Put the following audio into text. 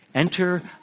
enter